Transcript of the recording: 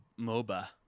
MOBA